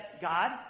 God